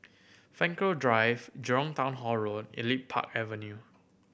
Frankel Drive Jurong Town Hall Road Elite Park Avenue